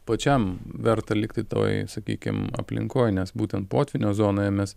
pačiam verta likti toj sakykim aplinkoj nes būtent potvynio zonoje mes